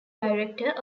director